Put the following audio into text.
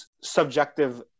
subjective